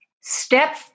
Step